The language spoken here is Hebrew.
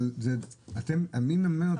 אבל מי מממן אתכם?